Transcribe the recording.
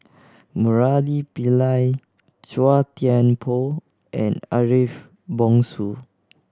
Murali Pillai Chua Thian Poh and Ariff Bongso